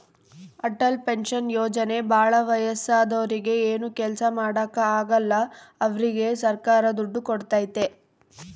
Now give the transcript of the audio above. Atal pension ಯೋಜನೆ ಭಾಳ ವಯಸ್ಸಾದೂರಿಗೆ ಏನು ಕೆಲ್ಸ ಮಾಡಾಕ ಆಗಲ್ಲ ಅವ್ರಿಗೆ ಸರ್ಕಾರ ದುಡ್ಡು ಕೋಡ್ತೈತಿ